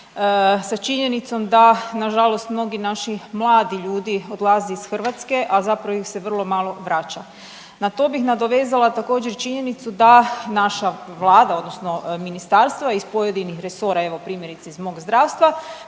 sa činjenicom da nažalost mnogi naši mladi ljudi odlaze iz Hrvatske, a zapravo ih se vrlo malo vraća. Na to bih nadovezala također činjenicu da naša Vlada odnosno ministarstva iz pojedinih resora, evo primjerice iz mog zdravstva